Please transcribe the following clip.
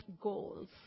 goals